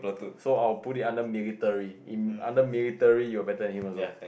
so I will put it under military in under military you were better than him also